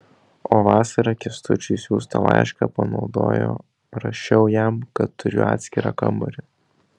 o vasarą kęstučiui siųstą laišką panaudojo rašiau jam kad turiu atskirą kambarį